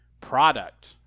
product